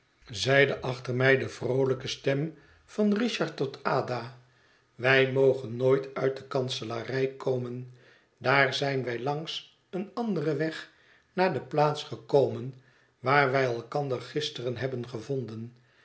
achter mij de vroolijke stem van richard tot ada wij mogen nooit uit de kanselarij komen daar zijn wij langs een anderen weg naar de plaats gekomen waar wij elkander gisteren hebben gevonden